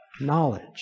knowledge